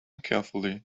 carefully